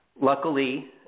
Luckily